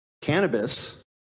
cannabis